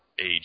age